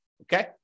Okay